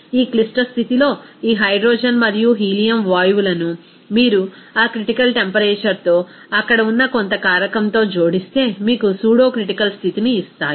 ఈ క్లిష్ట స్థితిలో ఈ హైడ్రోజన్ మరియు హీలియం వాయువులను మీరు ఆ క్రిటికల్ టెంపరేచర్ తో అక్కడ ఉన్న కొంత కారకంతో జోడిస్తే మీకు సూడోక్రిటికల్ స్థితిని ఇస్తాయి